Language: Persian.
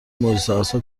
معجزهآسا